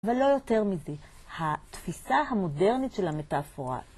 אבל לא יותר מזה, התפיסה המודרנית של המטאפורה